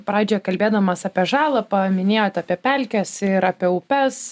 pradžioje kalbėdamas apie žalą paminėjot apie pelkes ir apie upes